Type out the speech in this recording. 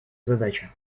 задача